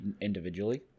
individually